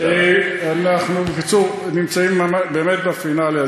אנחנו נמצאים ממש בפינאלה,